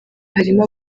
harimo